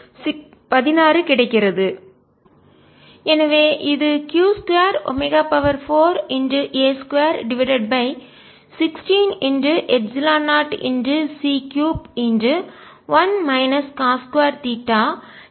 Sq24A23220c3 r2Powerarea Total power q24A23220c3 r2dcosθdϕr2q24A23220c3×2π 111 cos2dcosθ எனவே இது q 2 ஒமேகா4 A2 divided by 16 epsilon 0 c3 1 காஸ்2 theta d cos theta ஆகும்